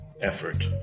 effort